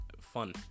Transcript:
fun